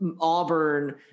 Auburn